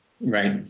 right